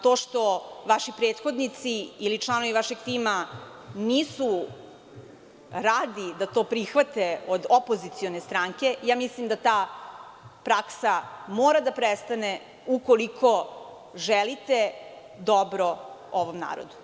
To što vaši prethodnici, ili članovi vašeg tima nisu radi da to prihvate od opozicione stranke, mislim da ta praksa mora da prestane ukoliko želite dobro ovom narodu.